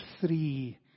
three